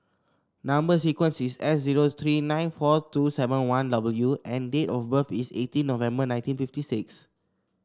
number sequence is S zero three nine four two seven one W and date of birth is eighteen November nineteen fifty six